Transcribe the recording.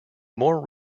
more